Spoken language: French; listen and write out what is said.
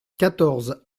quatorze